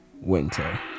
winter